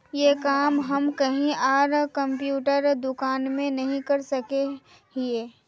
ये काम हम कहीं आर कंप्यूटर दुकान में नहीं कर सके हीये?